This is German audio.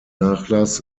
nachlass